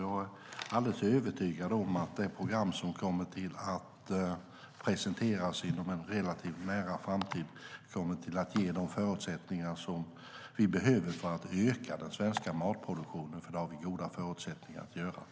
Jag är alldeles övertygad om att det program som kommer att presenteras inom en relativt nära framtid kommer att ge de förutsättningar som vi behöver för att öka den svenska matproduktionen. Det har vi goda förutsättningar att göra.